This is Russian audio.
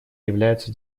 являются